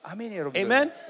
Amen